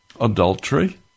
adultery